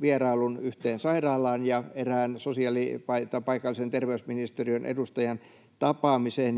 vierailun yhteen sairaalaan ja erään paikallisen terveysministeriön edustajan tapaamisen.